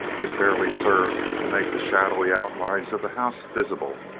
it barely served to make the shadowy outlines of the house visible,